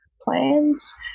plans